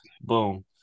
boom